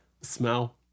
smell